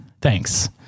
Thanks